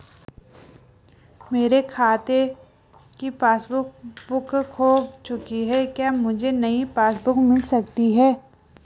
मेरे खाते की पासबुक बुक खो चुकी है क्या मुझे नयी पासबुक बुक मिल सकती है?